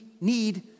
need